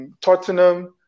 Tottenham